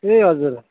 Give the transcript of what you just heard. ए हजुर